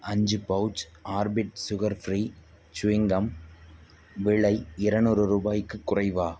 அஞ்சு pouch Orbit sugar free chewing gum விலை இரநூறு ரூபாய்க்குக் குறைவா